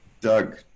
Doug